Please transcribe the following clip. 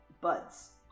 buds